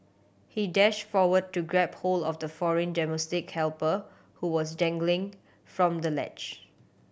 he dashed forward to grab hold of the foreign domestic helper who was dangling from the ledge